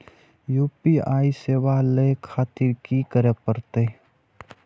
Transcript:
UPI सेवा ले खातिर की करे परते?